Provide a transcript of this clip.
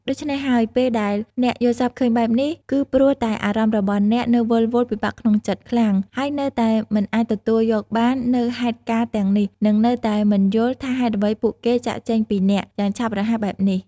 ដូច្នេះហើយ ពេលដែលអ្នកយល់សប្តិឃើញបែបនេះ គឺព្រោះតែអារម្មណ៍របស់អ្នក នៅវិលវល់ ពិបាកក្នុងចិត្តខ្លាំង ហើយនៅតែមិនអាចទទួលយកបាននូវហេតុការណ៍ទាំងនេះ និងនៅតែមិនយល់ ថាហេតុអ្វីពួកគេចាកចេញពីអ្នក យ៉ាងឆាប់រហ័សបែបនេះ។